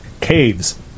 caves